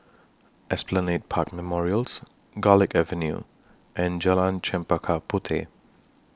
Esplanade Park Memorials Garlick Avenue and Jalan Chempaka Puteh